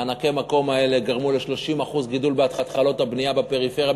מענקי המקום האלה גרמו ל-30% גידול בהתחלות הבנייה בפריפריה,